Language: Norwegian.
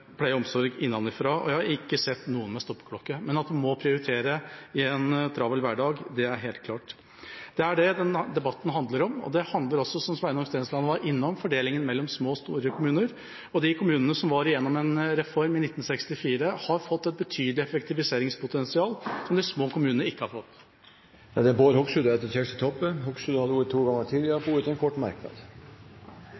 noen med stoppeklokke. Men at man må prioritere i en travel hverdag, det er helt klart. Det er det debatten handler om, og det handler også om, som Sveinung Stensland var inne på, fordelinga mellom små og store kommuner. Og de kommunene som var igjennom en reform i 1964, har fått et betydelig effektiviseringspotensial som de små kommunene ikke har fått. Representanten Bård Hoksrud har hatt ordet to ganger tidligere i debatten og får ordet til en kort merknad,